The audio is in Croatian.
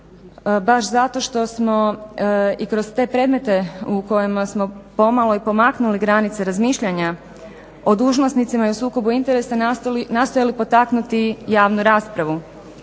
baš zato što smo i kroz te predmete u kojima smo pomalo i pomaknuli granice razmišljanja o dužnosnicima i o sukobu interesa nastojali potaknuti javnu raspravu